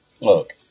look